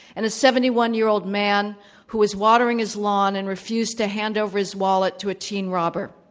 and a seventy one year old man who was watering his lawn and refused to hand over his wallet to a teen robber.